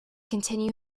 continue